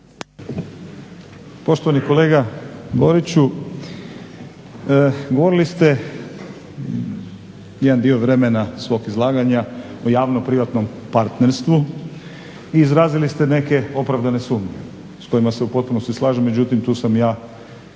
Poštovani kolega Boriću, govorili ste jedan dio vremena svog izlaganja o javno-privatnom partnerstvu i izrazili ste neke opravdane sumnje s kojima se u potpunosti slažem, međutim tu sam i ja